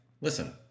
Listen